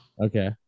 okay